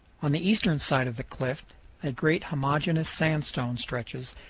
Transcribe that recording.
on the eastern side of the cliff a great homogeneous sandstone stretches,